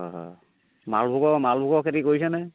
হয় হয় মালভোগৰ মালভোগৰ খেতি কৰিছেনে